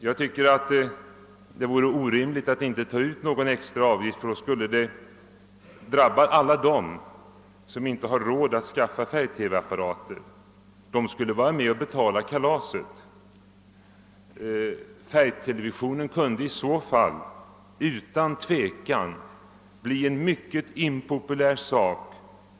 Jag anser att det vore oriktigt att inte ta ut någon extra avgift, eftersom kostnaden i så fall skulle komma att drabba alla dem som inte har råd att skaffa sig färg-TV-apparater. Ett sådant förfaringssätt skulle alltså innebära att dessa skulle vara med och betala kalaset.